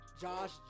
Josh